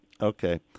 Okay